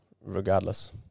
regardless